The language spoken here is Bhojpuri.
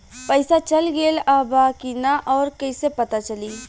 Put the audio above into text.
पइसा चल गेलऽ बा कि न और कइसे पता चलि?